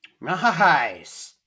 nice